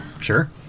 Sure